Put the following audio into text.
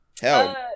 Hell